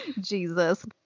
Jesus